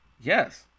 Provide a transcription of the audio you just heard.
yes